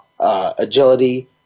agility